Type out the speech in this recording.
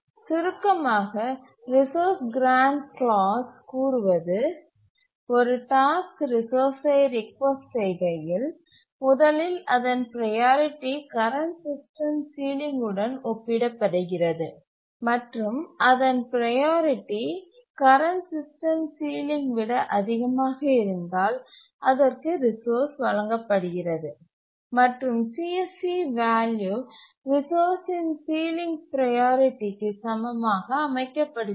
சுருக்கமாக resource grant class கூறுவது ஒரு டாஸ்க் ரிசோர்ஸ்சை ரிக்வெஸ்ட் செய்கையில் முதலில் அதன் ப்ரையாரிட்டி கரண்ட் சிஸ்டம் சீலிங் உடன் ஒப்பிடப்படுகிறது மற்றும் அதன் ப்ரையாரிட்டி கரண்ட் சிஸ்டம் சீலிங் விட அதிகமாக இருந்தால் அதற்கு ரிசோர்ஸ் வழங்கப்படுகிறது மற்றும் CSC வேல்யூ ரிசோர்ஸ் இன் சீலிங் ப்ரையாரிட்டி க்கு சமமாக அமைக்கப்படுகிறது